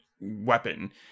weapon